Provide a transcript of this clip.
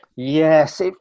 yes